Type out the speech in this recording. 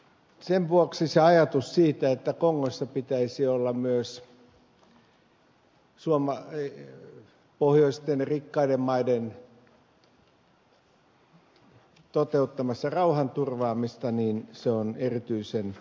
sen vuoksi ajatus siitä että kongossa pitäisi olla myös pohjoisten rikkaiden maiden toteuttamassa rauhanturvaamista on erityisen perusteltu